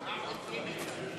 באופוזיציה.